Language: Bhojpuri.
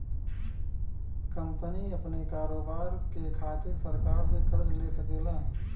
कंपनी अपने कारोबार के खातिर सरकार से कर्ज ले सकेला